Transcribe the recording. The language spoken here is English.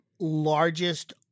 largest